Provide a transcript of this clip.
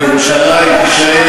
אני אתך.